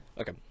okay